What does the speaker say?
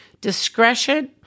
Discretion